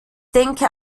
denke